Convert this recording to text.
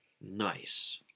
Nice